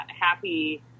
happy